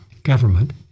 government